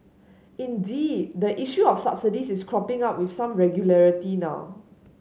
indeed the issue of subsidies is cropping up with some regularity now